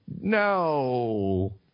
No